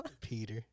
Peter